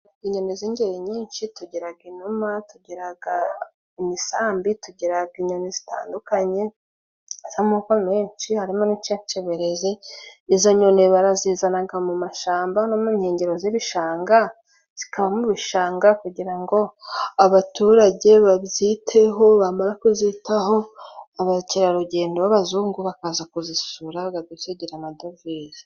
Inyoni z' ingeri nyinshi tugira inuma, tugira imisambi, tugira inyoni zitandukanye, z' amoko menshi harimo n' inceceberezi; izo nyoni barazizana mu mashamba no mu nkengero z' ibishanga zikaba mu bishanga, kugira ngo abaturage babyiteho, bamara kuzitaho abakerarugendo b' abazungu bakaza kuzisura bagadusigira amadovize.